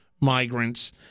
migrants